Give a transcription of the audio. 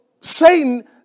Satan